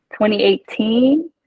2018